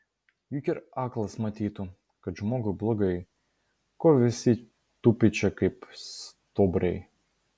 juk ir aklas matytų kad žmogui blogai ko visi tupi čia kaip stuobriai